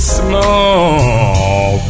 small